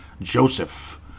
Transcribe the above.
Joseph